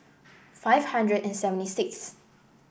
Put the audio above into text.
five hundred and seventy six th